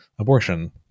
Abortion